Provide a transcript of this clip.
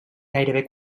gairebé